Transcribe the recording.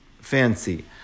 fancy